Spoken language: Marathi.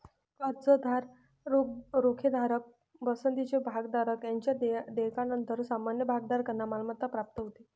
कर्जदार, रोखेधारक, पसंतीचे भागधारक यांच्या देयकानंतर सामान्य भागधारकांना मालमत्ता प्राप्त होते